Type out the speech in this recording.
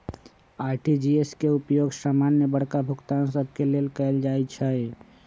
RTGS के उपयोग समान्य बड़का भुगतान सभ के लेल कएल जाइ छइ